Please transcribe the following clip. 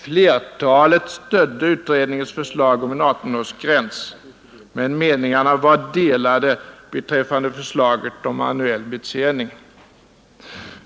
Flertalet stödde utredningens förslag om en 18-årsgräns. Men meningarna var delade beträffande förslaget om manuell betjäning.